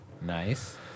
Nice